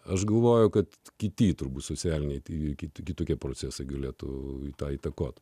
aš galvoju kad kiti turbūt socialiniai ir kiti kitokie procesai galėtų tai įtakoti